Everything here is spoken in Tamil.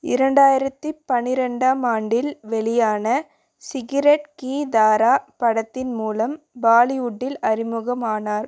இரண்டாயிரத்தி பனிரெண்டாம் ஆண்டில் வெளியான சிகிரெட் கி தாரா படத்தின் மூலம் பாலிவுட்டில் அறிமுகமானார்